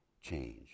change